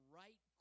right